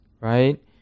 right